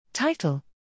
Title